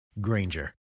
Granger